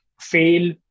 fail